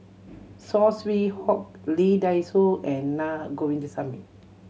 Saw Swee Hock Lee Dai Soh and Na Govindasamy